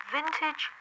Vintage